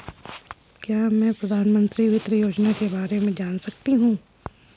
क्या मैं प्रधानमंत्री वित्त योजना के बारे में जान सकती हूँ?